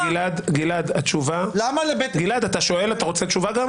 גלעד, אתה שואל, אתה רוצה גם תשובה?